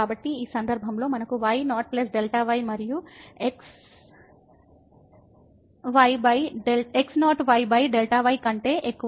కాబట్టి ఈ సందర్భంలో మనకు y 0Δy మరియు x0yΔy కంటే ఎక్కువ